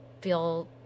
feel